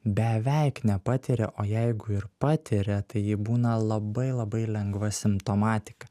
beveik nepatiria o jeigu ir patiria tai ji būna labai labai lengva simptomatika